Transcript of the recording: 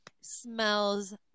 smells